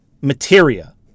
Materia